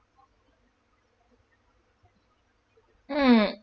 mm